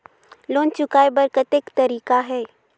Loan चुकाय कर कतेक तरीका है?